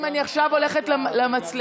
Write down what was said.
אם אני עכשיו הולכת למצלמות.